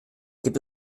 gibt